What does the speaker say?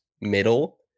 middle